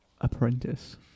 Apprentice